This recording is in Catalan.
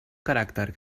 caràcter